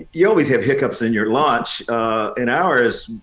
you always have hiccups in your launch in ours.